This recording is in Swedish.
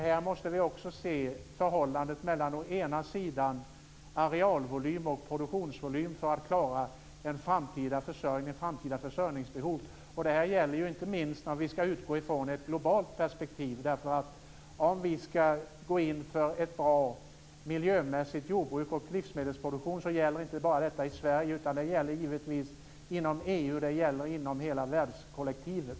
Vi måste också se till förhållandet mellan å ena sidan arealvolym och å andra sidan produktionsvolym när det gäller att klara den framtida försörjningen. Det gäller inte minst i ett globalt perspektiv. Behovet av ett bra jordbruk och en god livsmedelsproduktion finns inte bara i Sverige utan givetvis också inom EU och i hela världskollektivet.